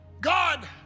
God